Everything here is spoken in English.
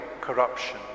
corruption